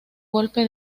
golpe